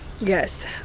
Yes